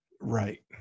Right